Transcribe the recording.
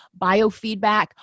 biofeedback